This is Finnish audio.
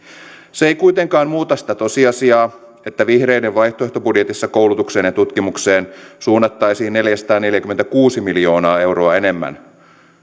se ei kuitenkaan muuta sitä tosiasiaa että vihreiden vaihtoehtobudjetissa koulutukseen ja tutkimukseen suunnattaisiin neljäsataaneljäkymmentäkuusi miljoonaa euroa enemmän